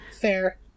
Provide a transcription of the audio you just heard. fair